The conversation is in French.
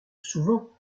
souvent